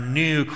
new